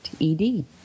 ED